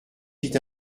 fit